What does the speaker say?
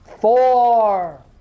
Four